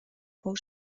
pou